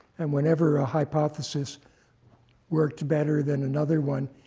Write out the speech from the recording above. and whenever a hypothesis worked better than another one,